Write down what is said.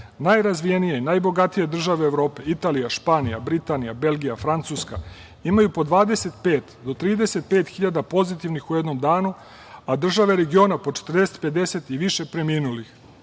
najrazvijenije i najbogatije države Evrope, Italija, Španija, Britanija, Belgija, Francuska, imaju po 25 do 35 hiljada pozitivnih u jednom danu, a države regiona po 40, 50 i više preminulih.